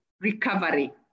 recovery